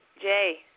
Jay